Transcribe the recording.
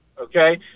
okay